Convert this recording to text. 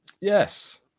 yes